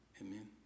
Amen